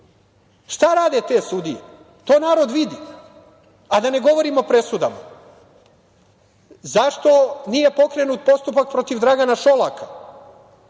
Šta rade te sudije? To narod vidi. A da ne govorimo o presudama. Zašto nije pokrenut postupak protiv Dragana Šolaka?